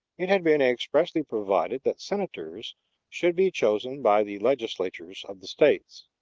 it had been expressly provided that senators should be chosen by the legislatures of the states.